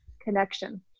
connection